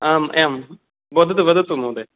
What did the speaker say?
आम् आं वदतु वदतु महोदय